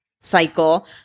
cycle